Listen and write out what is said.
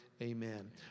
Amen